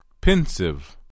Pensive